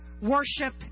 worship